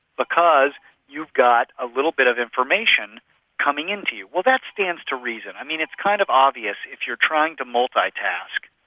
because you've got a little bit of information coming into you. well that stands to reason. i mean it's kind of obvious if you're trying to multi-task,